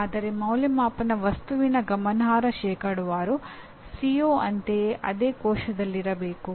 ಆದರೆ ಅಂದಾಜುವಿಕೆಯ ವಸ್ತುವಿನ ಗಮನಾರ್ಹ ಶೇಕಡಾವಾರು CO ಅಂತೆಯೇ ಅದೇ ಕೋಶದಲ್ಲಿರಬೇಕು